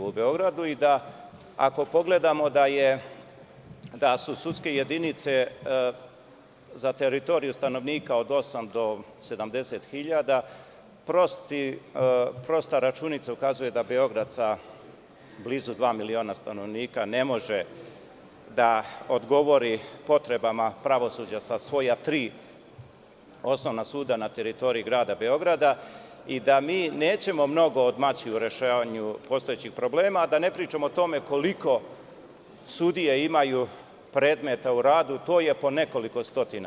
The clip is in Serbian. Ako pogledamo da su sudske jedinice za teritoriju stanovnika od osam do 70 hiljada, prosta računica ukazuje da Beograd sa blizu dva miliona stanovnika ne može da odgovori potrebama pravosuđa sa svoja tri osnovna suda na teritoriji grada Beograda i da mi nećemo mnogo odmaći u rešavanju postojećih problema, a da ne pričam o tome koliko sudije imaju predmeta u radu, po nekoliko stotina.